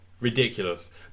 Ridiculous